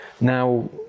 Now